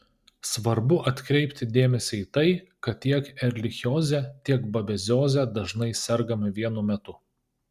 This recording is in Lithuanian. svarbu atkreipti dėmesį į tai kad tiek erlichioze tiek babezioze dažnai sergama vienu metu